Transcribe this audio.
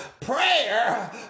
Prayer